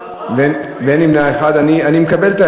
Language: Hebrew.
על הצעת חוק לפיקוח על איכות המזון ולתזונה נכונה במוסדות